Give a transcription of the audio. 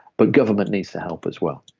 but government needs to help as well.